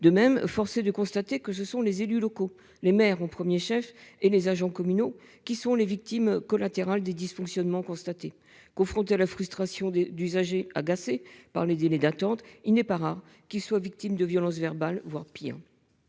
de même forcé de constater que ce sont les élus locaux, les maires au 1er chef et les agents communaux qui sont les victimes collatérales des dysfonctionnements constatés confronté à la frustration des d'usagers agacé par les délais d'attente, il n'est pas rare qu'ils soient victimes de violences verbales, voire pire.